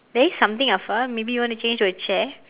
there is something afar maybe you want to change to a chair